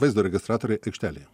vaizdo registratoriai aikštelėje